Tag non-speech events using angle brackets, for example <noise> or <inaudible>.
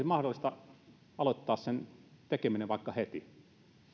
<unintelligible> mahdollista aloittaa vaikka heti